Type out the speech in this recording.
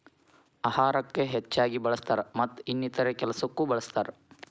ಅಹಾರಕ್ಕ ಹೆಚ್ಚಾಗಿ ಬಳ್ಸತಾರ ಮತ್ತ ಇನ್ನಿತರೆ ಕೆಲಸಕ್ಕು ಬಳ್ಸತಾರ